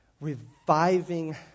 reviving